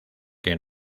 que